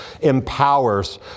empowers